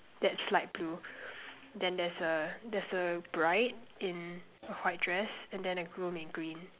that's light blue then there's a there's a bride in a white dress and then a groom in green